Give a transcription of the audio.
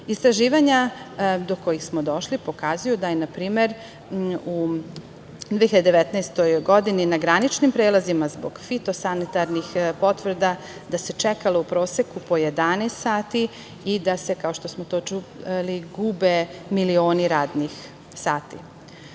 Istraživanja do kojih smo došli pokazuju da se, na primer, u 2019. godini na graničnim prelazima zbog fitosanitarnih potvrda čekalo u proseku po 11 sati i da se, kao što smo to čuli, gube milioni radnih sati.U